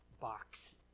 box